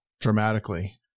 dramatically